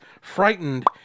Frightened